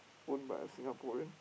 own by a Singaporean